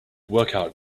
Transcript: workout